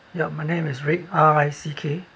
yup my name is rick R I C K